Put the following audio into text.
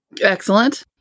Excellent